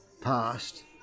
past